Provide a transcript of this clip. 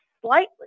slightly